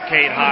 Kate